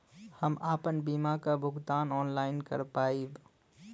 हम आपन बीमा क भुगतान ऑनलाइन कर पाईब?